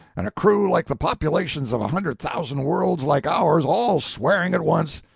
and a crew like the populations of a hundred thousand worlds like ours all swearing at once.